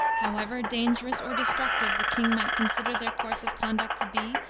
however dangerous or destructive the king might consider their course of conduct to be,